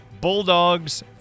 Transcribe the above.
Bulldogs